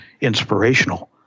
inspirational